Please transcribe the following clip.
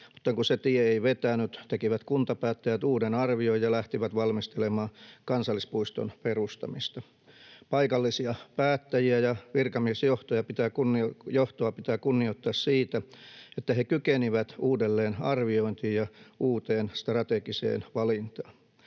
mutta kun se tie ei vetänyt, tekivät kuntapäättäjät uuden arvion ja lähtivät valmistelemaan kansallispuiston perustamista. Paikallisia päättäjiä ja virkamiesjohtoa pitää kunnioittaa siitä, että he kykenivät uudelleenarviointiin ja uuteen strategiseen valintaan.